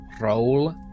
roll